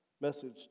message